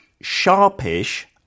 sharpish